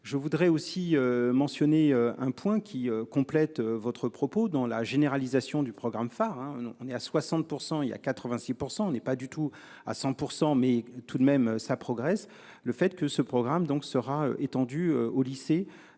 Je voudrais aussi mentionné un point qui complète votre propos dans la généralisation du programme phare hein on on est à 60%, il y a 86%, on n'est pas du tout à 100 pour % mais tout de même ça progresse. Le fait que ce programme donc sera étendue au lycée.